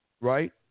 right